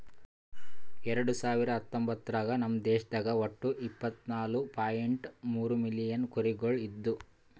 ಎರಡು ಸಾವಿರ ಹತ್ತೊಂಬತ್ತರಾಗ ನಮ್ ದೇಶದಾಗ್ ಒಟ್ಟ ಇಪ್ಪತ್ನಾಲು ಪಾಯಿಂಟ್ ಮೂರ್ ಮಿಲಿಯನ್ ಕುರಿಗೊಳ್ ಇದ್ದು